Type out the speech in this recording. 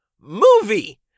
movie